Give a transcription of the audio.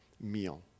meal